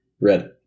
Red